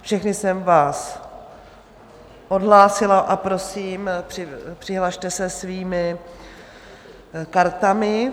Všechny jsem vás odhlásila a prosím, přihlaste se svými kartami.